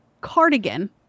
cardigan